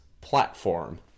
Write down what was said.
platform